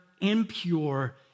impure